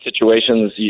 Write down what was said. situations